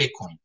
Bitcoin